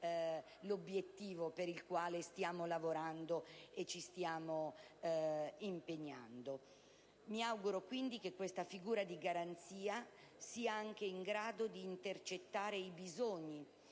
l'obiettivo per il quale stiamo lavorando e ci stiamo impegnando. Mi auguro quindi che questa figura di garanzia sia anche in grado di intercettare i bisogni